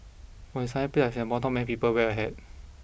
for a sunny place like Singapore not many people wear a hat